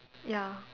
ya